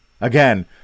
Again